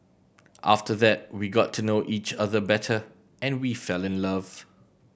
after that we got to know each other better and we fell in love